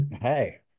hey